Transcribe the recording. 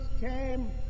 came